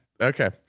Okay